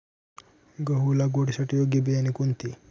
गहू लागवडीसाठी योग्य बियाणे कोणते?